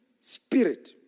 spirit